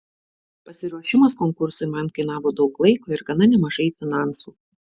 pasiruošimas konkursui man kainavo daug laiko ir gana nemažai finansų